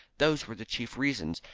those were the chief reasons,